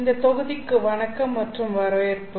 இந்த தொகுதிக்கு வணக்கம் மற்றும் வரவேற்பு